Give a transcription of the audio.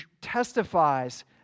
testifies